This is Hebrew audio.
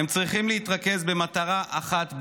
הם צריכים להתרכז במטרה אחת בלבד: